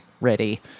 ready